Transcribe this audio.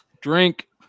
Drink